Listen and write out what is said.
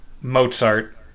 Mozart